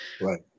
Right